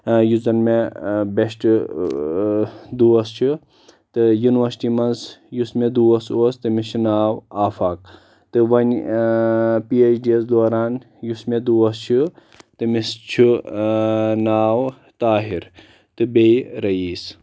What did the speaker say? یُس زن مےٚ بیسٹ دوس چھُ تہٕ یُنورسٹی منٛز یُس مےٚ دوس اوس تٔمِس چھُ ناو آفاق تہٕ وۄنۍ پی اٮ۪ج ڈی یس دوران یُس مےٚ دوس چھِ تٔمِس چھُ ناو طاہر تہٕ بیٚیہِ رٔیٖس